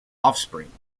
offspring